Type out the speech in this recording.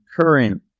current